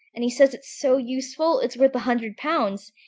and he says it's so useful, it's worth a hundred pounds!